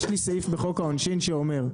יש לי סעיף בחוק העונשין שאומר.